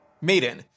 Maiden